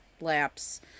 lapse